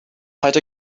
paid